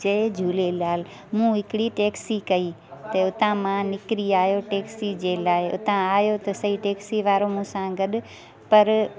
जय झूलेलाल मां हिकिड़ी टैक्सी कई त हुतां मां निकिरी आहियां टैक्सी जे लाइ हुतां आहियो त सही टैक्सी वारो मूं सां गॾु पर